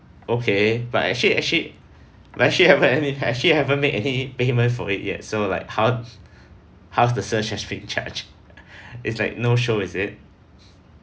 okay but actually actually but actually haven't any actually haven't made any payment for it yet so like how how to surcharge free charge it's like no show is it